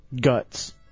Guts